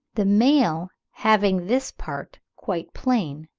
the male having this part quite plain.